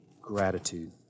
gratitude